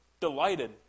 delighted